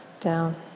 down